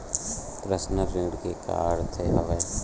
Personal ऋण के का अर्थ हवय?